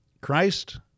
Christ